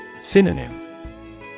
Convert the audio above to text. Synonym